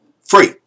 free